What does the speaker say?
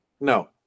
No